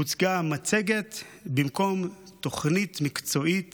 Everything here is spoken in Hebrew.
הוצגה מצגת במקום תוכנית מקצועית